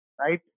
Right